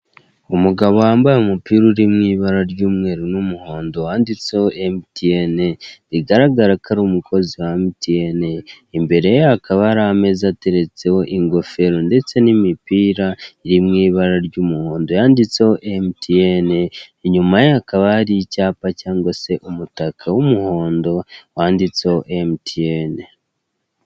Umugabo wambaye umupira uri mu ibara ry'umweru n'umuhondo wanditseho emutiyene, bigaragara ko ari umukozi wa emutiyene, imbere ye hakaba hari ameza ateretseho ingofero ndetse n'imipira iri mu ibara ry'umuhondo yanditseho emutiyene, inyuma ye hakaba hari icyapa cyangwa se umutaka w'umuhondo wanditseho emutiyene.